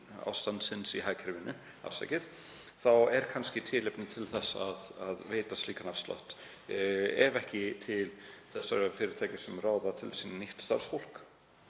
ástandsins í hagkerfinu, að það er kannski tilefni til þess að veita slíkan afslátt, ef ekki til þessara fyrirtækja sem ráða til sín nýtt starfsfólk